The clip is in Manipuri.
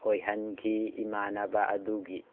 ꯑꯣꯏꯍꯟꯈꯤ ꯏꯃꯥꯟꯅꯕ ꯑꯗꯨꯒꯤ